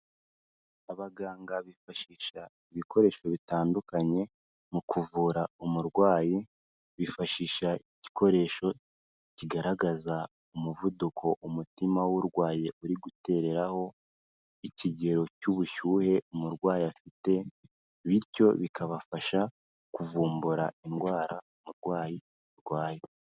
Abaganga bifashisha ibikoresho bitandukanye mu kuvura umurwayi, bifashisha igikoresho kigaragaza umuvuduko umutima w'urwaye uri gutereraho, ikigero cy'ubushyuhe umurwayi afite, bityo bikabafasha kuvumbura indwara umurwayi arwaye.